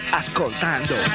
ascoltando